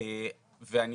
ואני